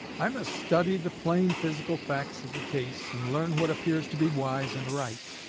i must study the plain physical facts of the case, and learn what appears to be wise and right.